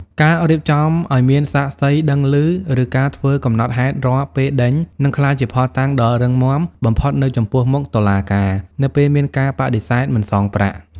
ការរៀបចំឱ្យមាន "សាក្សី" ដឹងឮ ឬការធ្វើកំណត់ហេតុរាល់ពេលដេញ នឹងក្លាយជាភស្តុតាងដ៏រឹងមាំបំផុតនៅចំពោះមុខតុលាការ នៅពេលមានការបដិសេធមិនសងប្រាក់។